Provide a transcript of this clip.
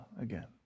again